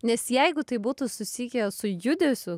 nes jeigu tai būtų susiję su judesiu